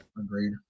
agreed